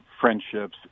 friendships